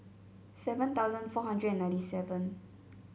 seven thousand four hundred and ninety seven